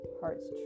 Heart's